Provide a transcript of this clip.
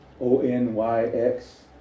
O-N-Y-X